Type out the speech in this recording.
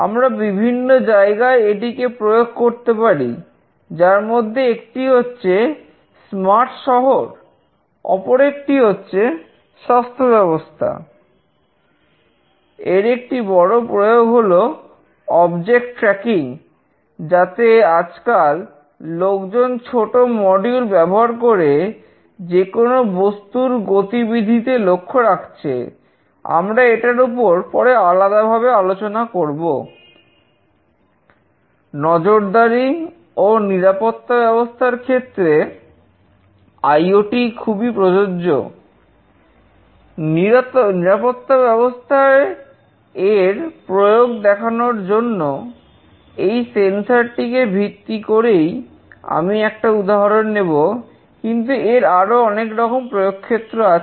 আমরা বিভিন্ন জায়গায় এটিকে প্রয়োগ করতে পারি যার মধ্যে একটি হচ্ছে স্মার্ট শহর টিকে ভিত্তি করেই আমি একটা উদাহরণ নেব কিন্তু এর আরো অনেক রকম প্রয়োগক্ষেত্র আছে